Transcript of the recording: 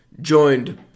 joined